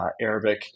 Arabic